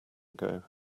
ago